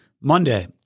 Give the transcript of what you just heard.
Monday